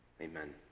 Amen